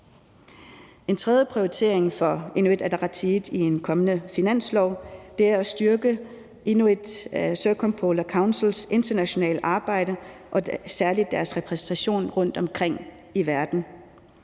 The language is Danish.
En tredje prioritering for Inuit Ataqatigiit i en kommende finanslov er at styrke Inuit Circumpolar Councils internationale arbejde og særlig deres repræsentation rundtomkring i verden.